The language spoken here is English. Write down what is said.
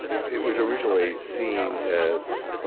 it was originally seen as